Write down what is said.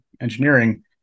engineering